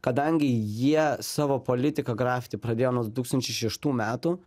kadangi jie savo politiką grafiti pradėjo nuo du tūkstančiai šeštų metų